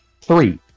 Three